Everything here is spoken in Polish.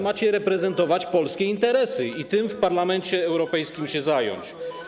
Macie reprezentować polskie interesy i tym w Parlamencie Europejskim się zająć.